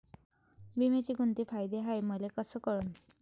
बिम्याचे कुंते फायदे हाय मले कस कळन?